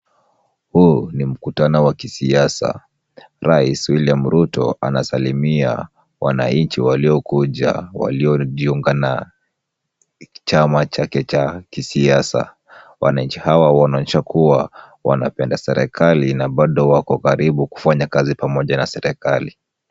Huu ni mkutano wa kisiasa. Rais William Ruto anasalimia wananchi waliokuja waliojiunga na chama chake cha kisiasa. Wananchi hawa wanaonyesha kuwa wanapenda serekali na bado wako karibu kufanya kazi pamoja na serekali.